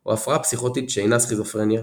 או הפרעה פסיכוטית שאינה סכיזופרניה,